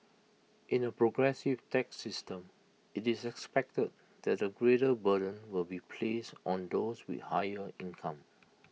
in A progressive tax system IT is expected that A greater burden will be placed on those with higher income